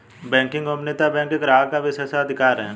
banking गोपनीयता bank के ग्राहकों का विशेषाधिकार है